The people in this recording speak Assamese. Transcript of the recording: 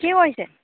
কি কৰিছে